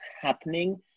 happening